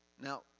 Now